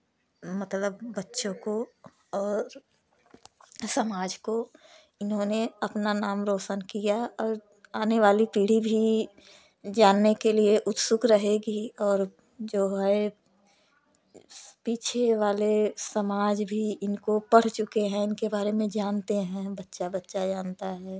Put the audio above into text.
मतलब बच्चों को और समाज को इन्होंने अपना नाम रोशन किया और आने वाली पीढ़ी भी जानने के लिए उत्सुक रहेगी और जो है पीछे वाले समाज भी इनको पढ़ चुके हैं इनके बारे में जानते हैं बच्चा बच्चा जानता है